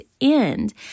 end